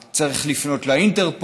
אתה צריך לפנות לאינטרפול.